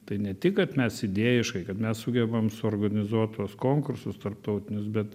tai ne tik kad mes idėjiškai kad mes sugebam suorganizuot tuos konkursus tarptautinius bet